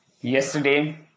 yesterday